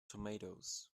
tomatoes